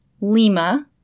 Lima